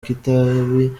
kitabi